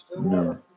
No